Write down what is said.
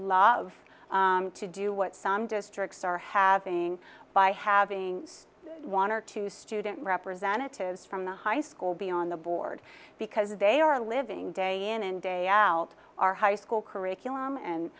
love to do what some districts are having by having one or two student representatives from the high school be on the board because they are living day in and day out our high school curriculum and